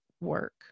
work